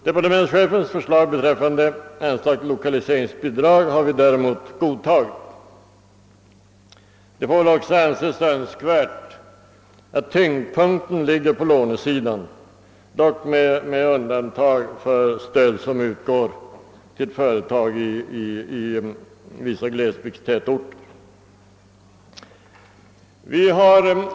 Departementschefens förslag beträffande anslag till lokaliseringsbidrag har vi däremot godtagit. Det får väl också anses Önskvärt att tyngdpunkten ligger på lånesidan, dock med undantag för stöd som utgår till företag i vissa glesbygdstätorter.